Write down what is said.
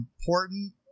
important